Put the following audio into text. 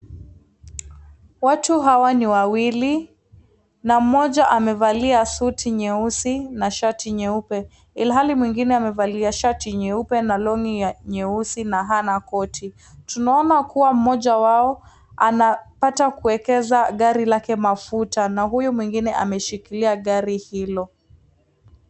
Watu hawa ni wawili na mmoja amevalia suti nyeusi na shati nyeupe, ilhali mwingine amevalia shati nyeupe na long'i nyeusi na hana koti. Tunaona kuwa mmoja wao anapata kuwekeza gari lake mafuta na huyu mwingine ameshikilia gari hilo.